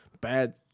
Bad